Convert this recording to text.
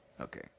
Okay